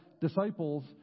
disciples